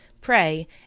pray